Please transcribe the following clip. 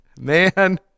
man